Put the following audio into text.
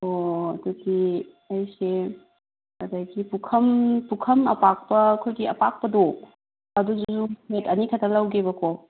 ꯑꯣ ꯑꯗꯨꯗꯤ ꯑꯩꯁꯦ ꯑꯗꯒꯤ ꯄꯨꯈꯝ ꯑꯄꯥꯛꯄ ꯑꯩꯈꯣꯏꯒꯤ ꯑꯄꯥꯛꯄꯗꯣ ꯑꯗꯨꯁꯨ ꯁꯦꯠ ꯑꯅꯤꯈꯛꯇ ꯂꯧꯒꯦꯕꯀꯣ